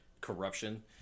corruption